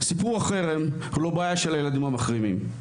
סיפור החרם הוא לא בעיה של הילדים המחרימים.